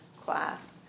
Class